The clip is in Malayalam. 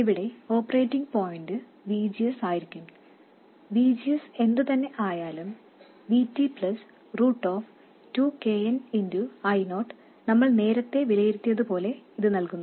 ഇവിടെ ഓപ്പറേറ്റിങ് പോയിന്റ് VGS ആയിരിക്കും VGS എന്തു തന്നെ ആയാലും Vt2kn I0 നമ്മൾ നേരത്തെ വിലയിരുത്തിയതുപോലെ ഇത് നല്കുന്നു